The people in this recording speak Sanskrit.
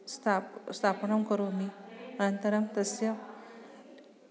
स्ताप् स्थापनं करोमि अनन्तरं तस्य